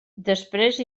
després